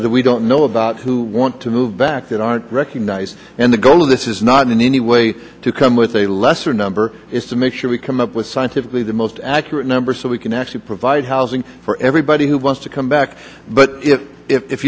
thousands that we don't know about who want to move back that aren't recognised and the goal of this is not in any way to come with a lesser number is to make sure we come up with scientifically the most accurate number so we can actually provide housing for everybody who wants to come back but if